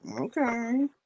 okay